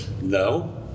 no